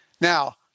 Now